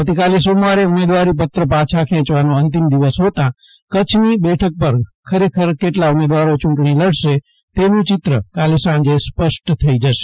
આવતી કાલે સોમવારે ઉમેદવારીપત્ર પાછા ખેંયવાનો અંતિમ દિવસ હોતાં કચ્છની બેઠક પર ખરેખર કેટલા ઉમેદવારો યુંટણી લડશે તેનું ચિત્ર કાલે સાંજે સ્પષ્ટ થઈ જશે